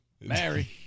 Mary